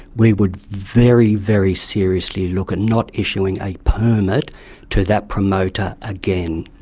we would very, very seriously look at not issuing a permit to that promoter again.